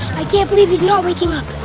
i can't believe he's not waking up.